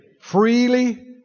Freely